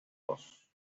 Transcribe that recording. dos